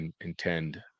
intend